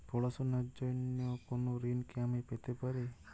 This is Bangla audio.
পড়াশোনা র জন্য কোনো ঋণ কি আমি পেতে পারি?